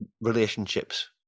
relationships